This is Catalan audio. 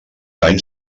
anys